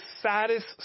saddest